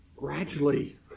Gradually